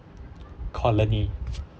colony